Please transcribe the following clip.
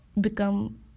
become